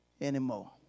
anymore